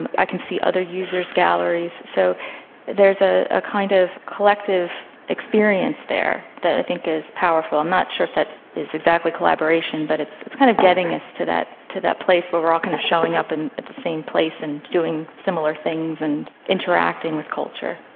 and i can see other users' galleries. so there's a ah kind of collective experience there that i think is powerful. i'm not sure if that is exactly collaboration, but it's it's kind of getting us to that to that place where we are all kind of showing up and at the same place and doing similar things and interacting with culture.